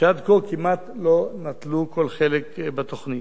שעד כה כמעט לא נטלו כל חלק בתוכנית.